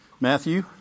Matthew